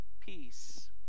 peace